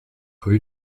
rue